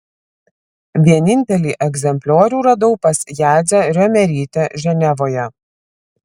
vienintelį egzempliorių radau pas jadzią riomerytę ženevoje